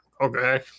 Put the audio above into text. okay